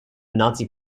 nazi